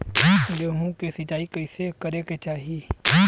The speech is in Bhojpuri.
गेहूँ के सिंचाई कइसे करे के चाही?